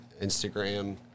Instagram